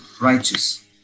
righteous